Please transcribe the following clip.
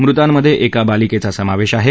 मृतांमध्ये एका बालिकेचा समावेश आहे